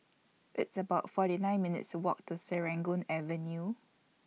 It's about forty nine minutes' Walk to Serangoon Avenue